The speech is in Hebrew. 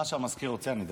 מה שהמזכיר רוצה אני אדבר.